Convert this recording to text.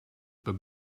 but